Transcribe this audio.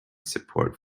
support